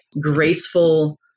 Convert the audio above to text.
graceful